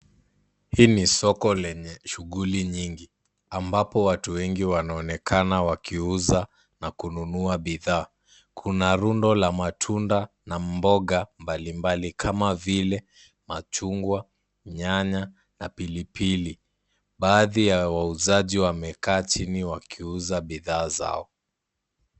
Hii ni soko lenye shughuli nyingi ambapo watu wengi wanaonekana wakiuza na kununua bidhaa. Kuna rundo la matunda na mboga mbalimbali kama vile machungwa, nyanya na pilipili. Baadhi ya wauzaji wamekaa chini wakiuza bidhaa zao.